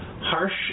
Harsh